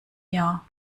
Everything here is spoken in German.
jahr